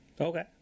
Okay